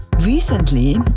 Recently